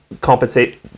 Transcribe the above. compensate